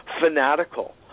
fanatical